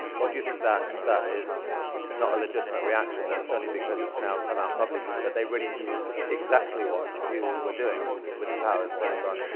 or do you think that that is not a legitimate reaction, that it's only because it's now come out publicly, that they really knew exactly what you were doing with the powers they had granted